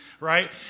right